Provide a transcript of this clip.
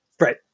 Right